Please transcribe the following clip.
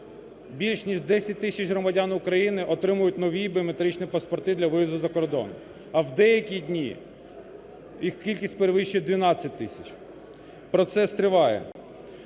громадян тисяч громадян України отримують нові біометричні паспорти для виїзду за кордон, а в деякі дні їх кількість перевищує 12 тисяч. Процес триває.